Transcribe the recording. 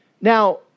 Now